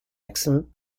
excellent